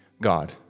God